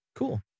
Cool